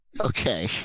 Okay